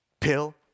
pill